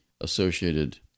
associated